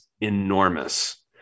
enormous